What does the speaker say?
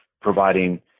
providing